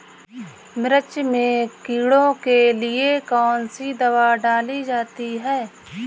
मिर्च में कीड़ों के लिए कौनसी दावा डाली जाती है?